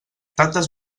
tantes